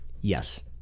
Yes